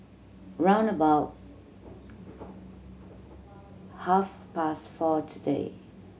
round about half past four today